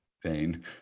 pain